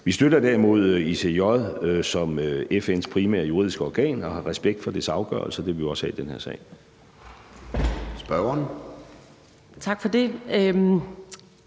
Vi støtter derimod ICJ som FN's primære juridiske organ og har respekt for dens afgørelser, og det vil vi også have i den her sag. Kl. 13:16 Formanden